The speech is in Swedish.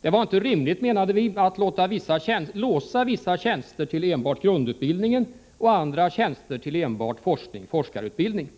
Det var inte rimligt, menade vi, att låsa vissa tjänster till enbart grundutbildning och andra tjänster till enbart forskning och forskarutbildning.